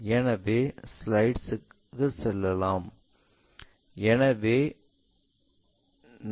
எனவே ஸ்லைடிற்கு செல்லலாம்